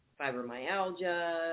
Fibromyalgia